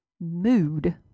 mood